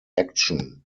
action